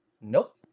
nope